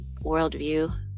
worldview